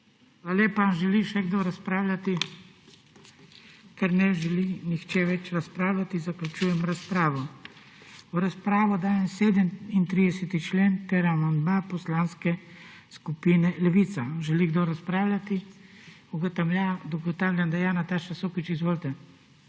lepa. Želi še kdo razpravljati? Ker ne želi nihče več razpravljati, zaključujem razpravo. V razpravo dajem 37. člen ter amandma Poslanske skupine Levica. Želi kdo razpravljati? Ugotavljam, da želi. Nataša Sukič, izvolite.